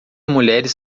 mulheres